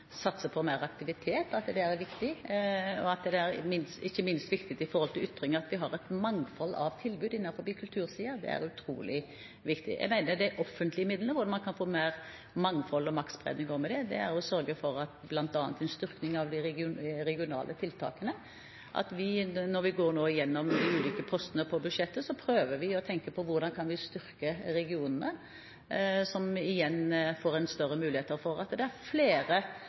satse på mer aktivitet – at det er viktig, og at det ikke minst er viktig for ytring at man har et mangfold av tilbud på kultursiden. Det er utrolig viktig. Jeg mener at man for å få mer mangfold og maktspredning ut av de offentlige midlene bl.a. må sørge for en styrking av de regionale tiltakene. Når vi nå går gjennom de ulike postene på budsjettet, prøver vi å tenke på hvordan vi kan styrke regionene, som igjen får en større mulighet, for det er flere